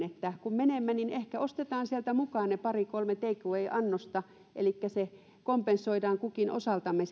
että kun mennään sinne niin ehkä ostetaan sieltä mukaan ne pari kolme take away annosta elikkä kompensoidaan kukin osaltamme